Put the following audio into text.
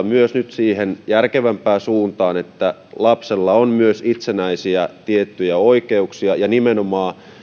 myös tällä lailla järkevämpään suuntaan että myös lapsella on tiettyjä itsenäisiä oikeuksia ja nimenomaan